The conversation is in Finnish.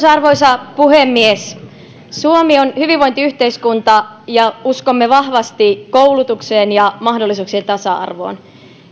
arvoisa puhemies suomi on hyvinvointiyhteiskunta ja uskomme vahvasti koulutukseen ja mahdollisuuksien tasa